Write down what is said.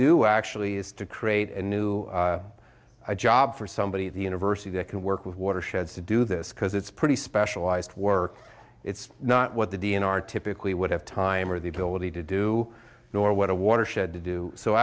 do actually is to create a new job for somebody at the university that can work with watersheds to do this because it's pretty specialized work it's not what the d n r typically would have time or the ability to do nor what a watershed to do so